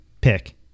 pick